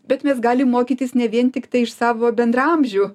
bet mes galim mokytis ne vien tiktai iš savo bendraamžių